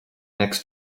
next